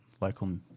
local